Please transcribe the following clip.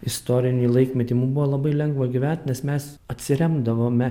istorinį laikmetį mum buvo labai lengva gyvent nes mes atsiremdavome